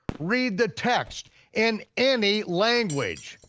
read the text, in any language.